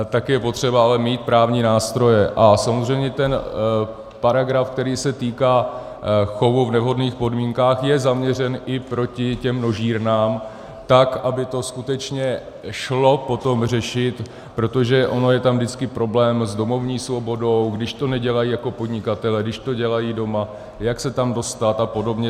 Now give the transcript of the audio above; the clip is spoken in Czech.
Tak je potřeba ale mít právní nástroje, a samozřejmě ten paragraf, který se týká chovu v nevhodných podmínkách, je zaměřen i proti těm množírnám, tak aby to skutečně šlo potom řešit, protože on je tam vždycky problém s domovní svobodou, když to nedělají jako podnikatelé, když to dělají doma, jak se tam dostat a podobně.